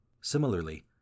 Similarly